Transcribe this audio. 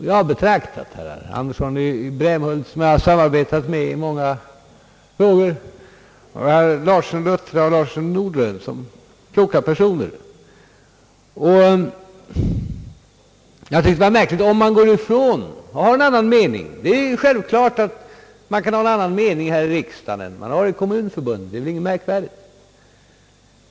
Jag betraktar herr Andersson i Brämhult, som jag samarbetat med i många frågor, herr Larsson i Luttra och herr Larsson i Norderön som kloka personer. Självfallet kan man ha en annan mening här i riksdagen än man har i Kommunförbundet — det är ingenting märkvärdigt.